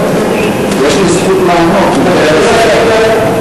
תהיה לי זכות לענות,